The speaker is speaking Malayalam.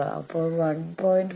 അപ്പോൾ 1